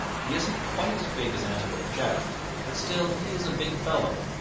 he isn't quite as big as antelope jack but still he is a big fellow.